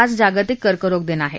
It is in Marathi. आज जागतिक कर्करोग दिन आहे